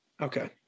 Okay